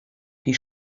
die